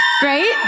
Great